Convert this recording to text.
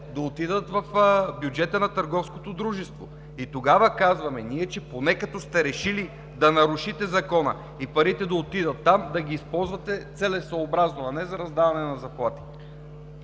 да отидат в бюджета на търговското дружество. И тогава ние казваме, че поне като сте решили да нарушите Закона и парите да отидат там, да ги използвате целесъобразно, а не за раздаване на заплатите!